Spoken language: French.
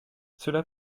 cela